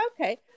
okay